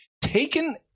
taken